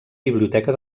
biblioteca